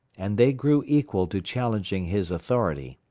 and they grew equal to challenging his authority.